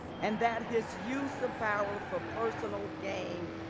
and that his use of power for personal gain,